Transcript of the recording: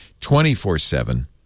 24-7